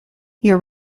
your